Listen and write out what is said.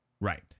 Right